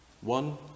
One